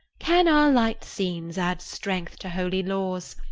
can our light scenes add strength to holy laws!